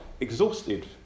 exhausted